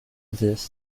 this